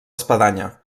espadanya